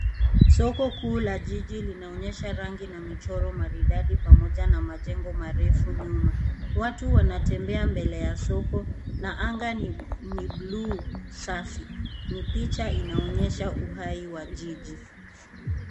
Soko kuu la jiji linaonyesha rangi na michoro maridadi pamoja na majengo marefu nyuma. Watu wanatembea mbele ya soko, na anga ni blue safi. NI picha inaonyesha uhai wa jiji.